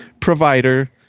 provider –